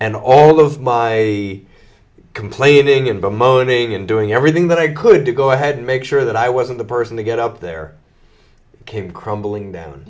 and all of my complaining about moaning and doing everything that i could to go ahead and make sure that i wasn't the person to get up there came crumbling down